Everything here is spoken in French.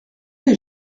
des